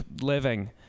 living